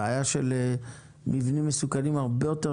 הבעיה של מבנים מסוכנים היא הרבה יותר